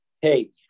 Hey